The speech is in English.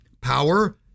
power